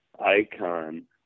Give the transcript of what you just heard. icon